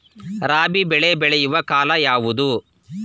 ರಾಬಿ ಬೆಳೆ ಬೆಳೆಯುವ ಕಾಲ ಯಾವುದು?